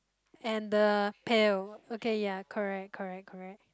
and the pail okay ya correct correct correct